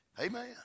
Amen